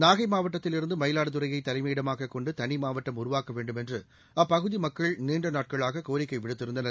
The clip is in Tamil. நாகை மாவட்டத்தில் இருந்து மயிலாடுதுறையை தலைமையிடமாகக் கொண்டு தனி மாவட்டம் உருவாக்க வேண்டும் என்று அப்பகுதி மக்கள் நீண்ட நாட்களாக கோரிக்கை விடுத்திருந்தனர்